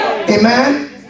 Amen